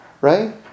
Right